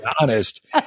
honest